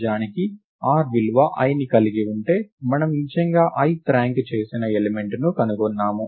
నిజానికి r విలువ iని కలిగి ఉంటే మనము నిజంగా ith ర్యాంక్ చేసిన ఎలిమెంట్ ను కనుగొన్నాము